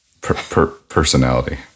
personality